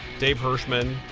dave hirschman,